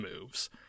moves